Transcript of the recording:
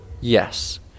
Yes